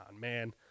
man